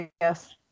Yes